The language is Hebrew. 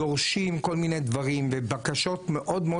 דורשים כל מיני דברים ובקשות מאוד מאוד